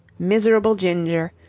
miserable ginger!